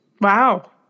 Wow